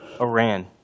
Iran